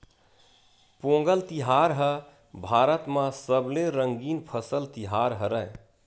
पोंगल तिहार ह भारत म सबले रंगीन फसल तिहार हरय